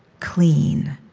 clean.